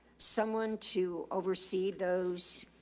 someone to oversee those?